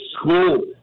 school